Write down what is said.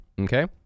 okay